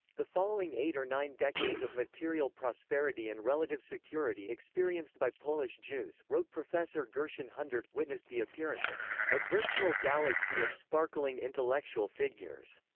the following eight or nine decades of material prosperity and relative security experienced by polish jews wrote professor gershon hundert witnessed the appearance of a virtual galaxy of sparkling intellectual figures.